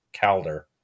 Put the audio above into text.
Calder